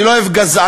אני לא אוהב גזענים,